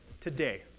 today